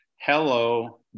Hello